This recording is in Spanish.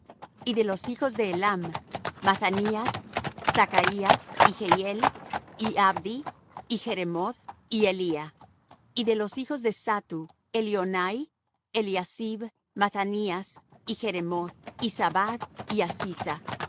y de los hijos de elam mathanías zachrías y jehiel y abdi y jeremoth y elía y de los hijos de zattu elioenai eliasib mathanías y jeremoth y zabad y